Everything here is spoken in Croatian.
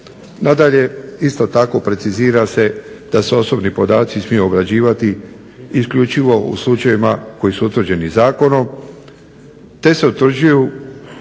Nadalje, isto tako precizira se da se osobni podaci smiju obrađivati isključivo u slučajevima koji su utvrđeni zakonom te se utvrđuju iznimni